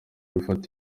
gufata